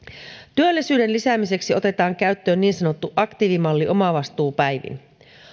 työllisyyden lisäämiseksi otetaan käyttöön niin sanottu aktiivimalli omavastuupäivin